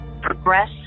progress